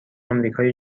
امریکای